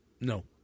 No